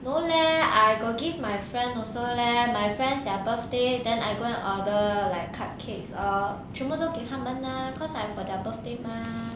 no leh I got give my friend also leh my friends their birthday then I go and order like cupcakes or 全部都给他们 mah cause I'm for their birthday mah